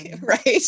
Right